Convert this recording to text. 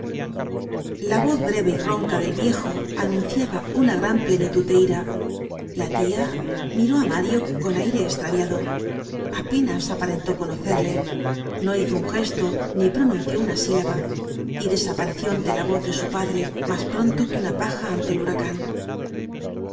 la voz breve y ronca del viejo anunciaba una gran plenitud de ira la tia miró á mario con aire estraviado apenas aparentó conocerle no hizo un gesto ni pronunció una sílaba y desapareció ante la voz de su padre mas pronto que una paja ante el huracan